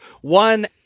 one